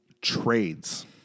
trades